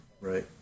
right